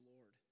Lord